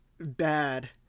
bad